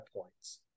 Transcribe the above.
points